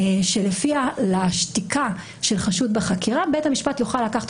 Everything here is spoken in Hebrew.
שלפיה לשתיקה של חשוד בחקירה בית המשפט יוכל לקחת